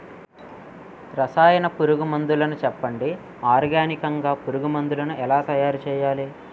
రసాయన పురుగు మందులు చెప్పండి? ఆర్గనికంగ పురుగు మందులను ఎలా తయారు చేయాలి?